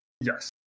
Yes